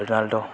Ronaldo